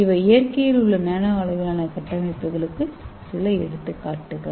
இவை இயற்கையில் உள்ள நானோ அளவிலான கட்டமைப்புகளுக்கு சில எடுத்துக்காட்டுகள்